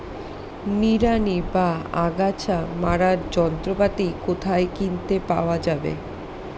নিড়ানি বা আগাছা মারার যন্ত্রপাতি কোথায় কিনতে পাওয়া যাবে?